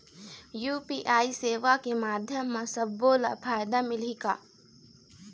UPI सेवा के माध्यम म सब्बो ला फायदा मिलही का?